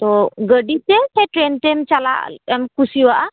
ᱛᱚ ᱜᱟᱹᱰᱤᱛᱮ ᱥᱮ ᱴᱨᱮᱹᱱ ᱛᱮᱢ ᱪᱟᱞᱟᱜ ᱮᱢ ᱠᱩᱥᱤᱭᱟᱜᱼᱟ